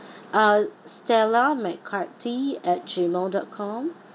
uh stella mccarthy at G mail dot com